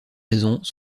raisons